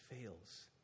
fails